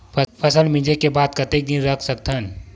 फसल मिंजे के बाद कतेक दिन रख सकथन?